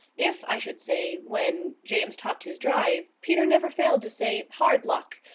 if i should say when, james topped his drive, peter never failed to say hard luck!